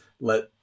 let